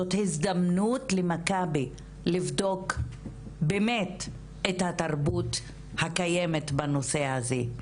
זאת הזדמנות למכבי לבדוק באמת את התרבות הקיימת בנושא הזה.